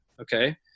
okay